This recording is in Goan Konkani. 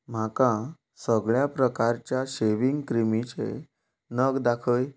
म्हाका सगळ्या प्रकारच्या शेविंग क्रीमींचे नग दाखय